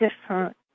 different